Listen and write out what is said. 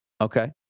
okay